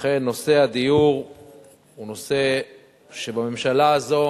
אכן נושא הדיור הוא נושא שבממשלה הזו